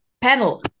panel